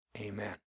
Amen